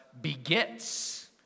begets